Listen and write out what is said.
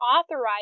authorized